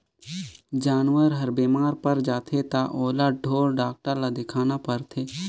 जानवर हर बेमार पर जाथे त ओला ढोर डॉक्टर ल देखाना परथे